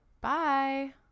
bye